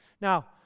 Now